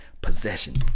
possession